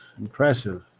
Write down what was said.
Impressive